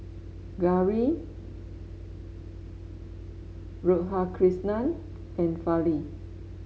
Gauri Radhakrishnan and Fali